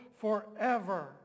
forever